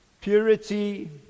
Purity